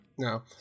No